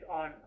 on